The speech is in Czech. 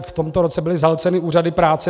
V tomto roce byly zahlceny úřady práce.